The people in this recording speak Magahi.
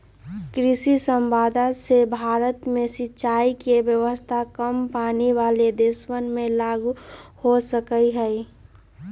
कृषि समवाद से भारत में सिंचाई के व्यवस्था काम पानी वाला देशवन में लागु हो सका हई